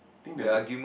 think that would